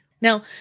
Now